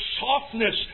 softness